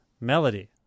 Melody